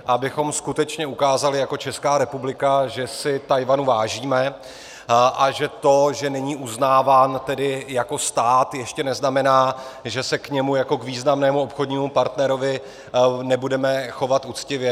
Abychom skutečně ukázali jako Česká republika, že si Tchajwanu vážíme a že to, že není uznáván jako stát, ještě neznamená, že se k němu jako k významného obchodnímu partnerovi nebudeme chovat uctivě.